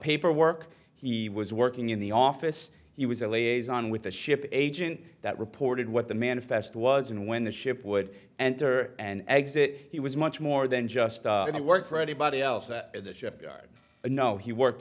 paperwork he was working in the office he was a liaison with the ship agent that reported what the manifest was and when the ship would enter and exit he was much more than just work for anybody else at the ship and no he worked